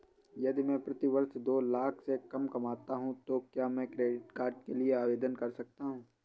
यदि मैं प्रति वर्ष दो लाख से कम कमाता हूँ तो क्या मैं क्रेडिट कार्ड के लिए आवेदन कर सकता हूँ?